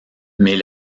mais